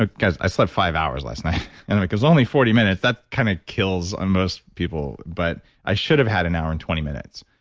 ah guys, i slept five hours last night. anyway and because only forty minutes, that kind of kills most people. but i should've had an hour and twenty minutes,